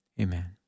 Amen